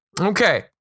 Okay